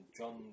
John